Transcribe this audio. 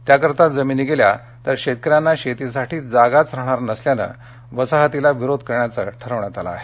त्याकरिता जमिनी गेल्या तर शेतकऱ्यांना शेतीसाठी जागाच राहणार नसल्यानं वसाहतीला विरोध करण्याचं ठरविण्यात आलं आहे